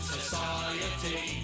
Society